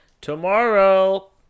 tomorrow